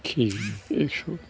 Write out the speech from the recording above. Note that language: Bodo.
किजि एक्स'